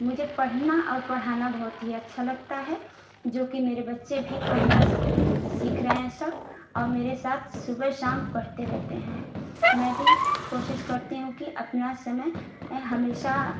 मुझे पढ़ना और पढ़ाना बहुत ही अच्छा लगता है जो कि मेरे बच्चे भी पढ़ना सीख रहे हैं सब औ मेरे साथ सुबह शाम पढ़ते रहते हैं मैं भी कोशिश करती हूँ कि अपना समय हमेशा